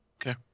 Okay